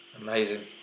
Amazing